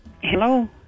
Hello